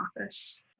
office